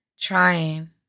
Trying